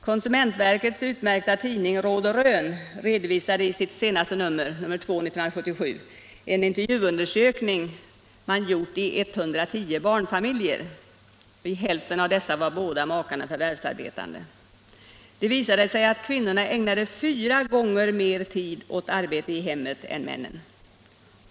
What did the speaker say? Konsumentverkets utmärkta tidning Råd och Rön redovisade i sitt senaste nummer, nr 2 år 1977, en intervjuundersökning man gjort i 110 barnfamiljer. I hälften av dessa var båda makarna förvärvsarbetande. Det visade sig att kvinnorna ägnade 4 gånger mer tid åt arbete i hemmet än männen.